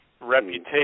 reputation